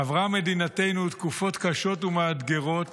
עברה מדינתנו תקופות קשות ומאתגרות